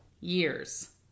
years